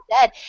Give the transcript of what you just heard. dead